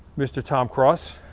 mr. tom cross,